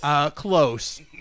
Close